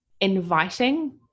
inviting